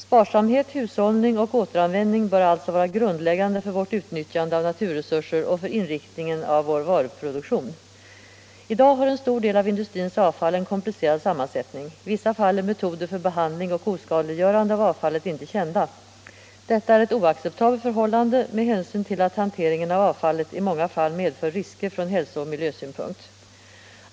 Sparsamhet, hushållning och återanvändning bör alltså vara grundläggande för vårt utnyttjande av naturresurser och för inriktningen av vår varuproduktion. I dag har en stor del av industrins avfall en komplicerad sammansättning. I vissa fall är metoder för behandling och oskadliggörande av avfallet inte kända. Detta är ett oacceptabelt förhållande med hänsyn till att hanteringen av avfallet i många fall medför risker från hälsooch miljösynpunkt.